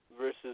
Versus